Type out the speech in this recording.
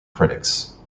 critics